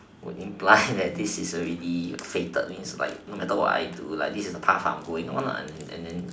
would imply that this is already fated means like no matter what I do like this is the path I am going on ah and then